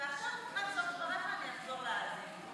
ועכשיו לקראת סוף דבריך אני אחזור להאזין.